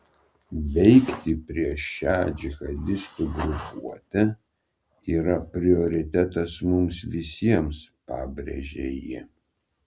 veikti prieš šią džihadistų grupuotę yra prioritetas mums visiems pabrėžė ji